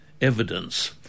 evidence